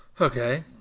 Okay